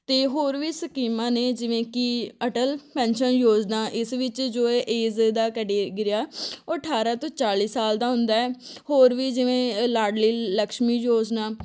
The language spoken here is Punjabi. ਅਤੇ ਹੋਰ ਵੀ ਸਕੀਮਾਂ ਨੇ ਜਿਵੇਂ ਕਿ ਅਟਲ ਪੈਨਸ਼ਨ ਯੋਜਨਾ ਇਸ ਵਿੱਚ ਜੋ ਹੈ ਏਜ਼ ਦਾ ਕੇਡੇਗਿਰਿਆ ਉਹ ਅਠਾਰ੍ਹਾਂ ਤੋਂ ਚਾਲ੍ਹੀ ਸਾਲ ਦਾ ਹੁੰਦਾ ਹੈ ਹੋਰ ਵੀ ਜਿਵੇਂ ਲਾਡਲੀ ਲਕਸ਼ਮੀ ਯੋਜਨਾ